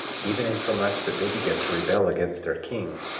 even insomuch that they began to rebel against their king,